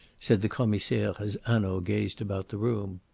said the commissaire as hanaud gazed about the room.